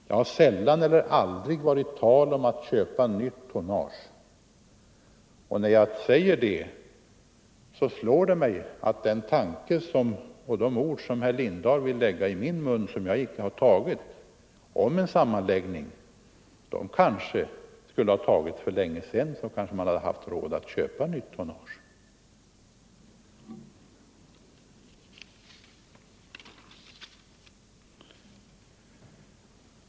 Det har sällan eller aldrig varit tal om att köpa nytt tonnage. När jag säger detta slår det mig att de ord om en sammanläggning som herr Lindahl ville lägga i min mun men som jag icke har yttrat kanske jag borde ha sagt för länge sedan —- då kanske man hade haft råd att köpa nytt tonnage.